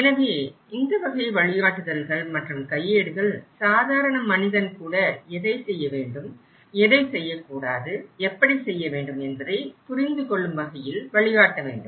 எனவே இந்த வகை வழிகாட்டுதல்கள் மற்றும் கையேடுகள் சாதாரண மனிதன் கூட எதை செய்யவேண்டும் எதை செய்யக்கூடாது எப்படி செய்ய வேண்டும் என்பதை புரிந்து கொள்ளும் வகையில் வழிகாட்ட வேண்டும்